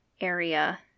area